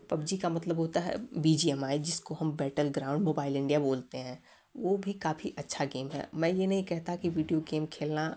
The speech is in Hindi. पबजी का मतलब होता है बी जी एम आई जिसको हम बैटल ग्राउन्ड मोबाईल इंडिया बोलते हैं वो भी काफ़ी अच्छा गेम है मैं ये नहीं कहता की विडिओ गेम खेलना